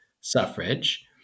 suffrage